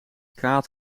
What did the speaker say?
kaat